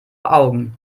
augen